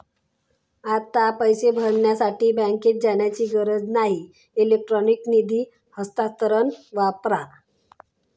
आता पैसे भरण्यासाठी बँकेत जाण्याची गरज नाही इलेक्ट्रॉनिक निधी हस्तांतरण वापरा